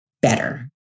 better